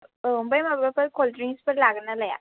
औ ओमफ्राय माबाफोर कल्डड्रिंसफोर लागोन ना लाया